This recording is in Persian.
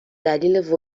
دلیل